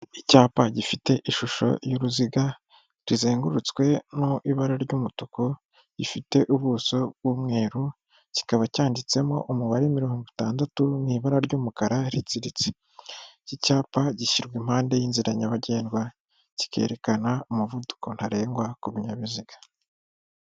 Icyapa gifite ishusho y'uruziga kizengurutswemo ibara ry'umutuku gifite ubuso bw'umweru kikaba cyanditsemo umubare mirongo itandatu n'ibara ry'umukara riziritse, iki cyapa gishyirwa impande y'inzira nyabagendwa kikerekana umuvuduko ntarengwa ku binyabiziga.